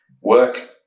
work